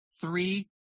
three